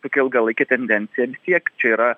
tokia ilgalaikė tendencija vis tiek čia yra